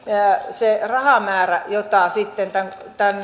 se rahamäärä paljonko loppujen lopuksi on tämän